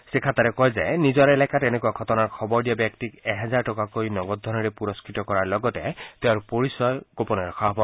শ্ৰীখাট্টাৰে কয় যে নিজৰ এলেকাত এনেকুৱা ঘটনাৰ খবৰ দিয়া ব্যক্তিক এহেজাৰ টকাকৈ নগদ ধনেৰে পুৰষ্টত কৰাৰ লগতে পৰিচয় গোপনে ৰখা হব